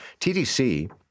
TDC